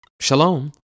Shalom